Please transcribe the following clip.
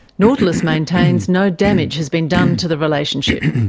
nautilus maintains no damage has been done to the relationship.